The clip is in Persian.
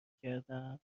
کردم